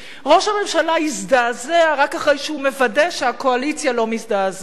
ראש הממשלה הזדעזע רק אחרי שהוא מוודא שהקואליציה לא מזדעזעת.